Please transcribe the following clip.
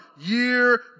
year